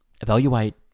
evaluate